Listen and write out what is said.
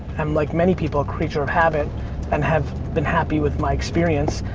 um like many people, creature of habit and have been happy with my experience.